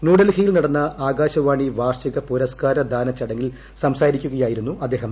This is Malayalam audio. ന്യൂഡൽഹിയിൽ നടന്ന ആകാശവാണി വാർഷിക പുരസ്കാരദാന ചടങ്ങിൽ സംസാരിക്കുകയായിരുന്നു അദ്ദേഹം